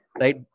right